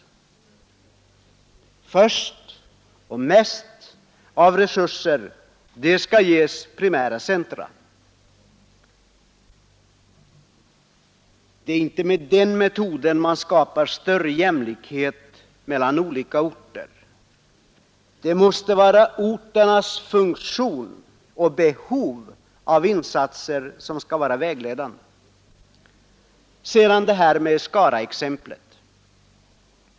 Mest resurser skall ges primära centra. Det är inte med den metoden man skapar större jämlikhet mellan olika orter. Det måste vara orternas funktion och behov av insatser som skall vara vägledande.